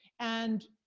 and,